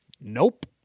nope